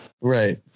Right